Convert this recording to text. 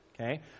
okay